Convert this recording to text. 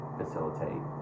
facilitate